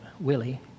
Willie